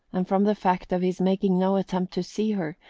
and from the fact of his making no attempt to see her,